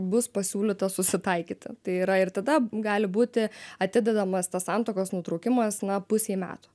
bus pasiūlyta susitaikyti tai yra ir tada gali būti atidedamas tos santuokos nutraukimas na pusei metų